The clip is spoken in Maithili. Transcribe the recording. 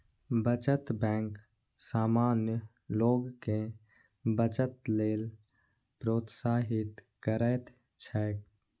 बचत बैंक सामान्य लोग कें बचत लेल प्रोत्साहित करैत छैक